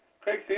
Craig